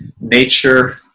nature